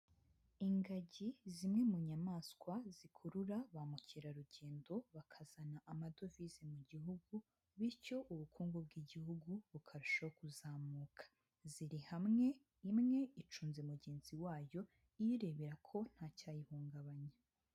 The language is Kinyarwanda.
Ingagi zimwe mu nyamaswa zikurura ba mukerarugendo, bakazana amadovize mu gihugu, bityo ubukungu bw'igihugu bukarushaho kuzamuka, ziri hamwe imwe icunze mugenzi wayo, iyirebera ko ntacyayihungabanya.